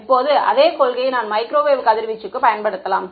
இப்போது அதே கொள்கையை நான் மைக்ரோவேவ் கதிர்வீச்சுக்கு பயன்படுத்தலாம்